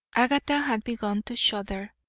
agatha had begun to shudder.